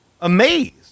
amazed